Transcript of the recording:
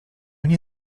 nie